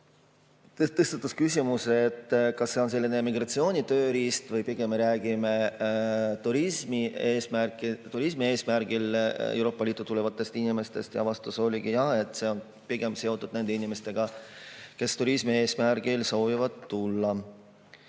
Tõstatati küsimus, kas see on selline migratsioonitööriist või me pigem räägime turismi eesmärgil Euroopa Liitu tulevatest inimestest. Vastus oli, et see on pigem seotud nende inimestega, kes turismi eesmärgil soovivad tulla.